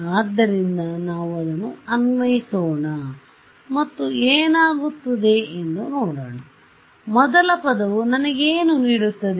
ಆದ್ದರಿಂದ ನಾವು ಇದನ್ನು ಅನ್ವಯಿಸೋಣ ಮತ್ತು ಏನಾಗುತ್ತದೆ ಎಂದು ನೋಡೋಣ ಮೊದಲ ಪದವು ನನಗೆ ಏನು ನೀಡುತ್ತದೆ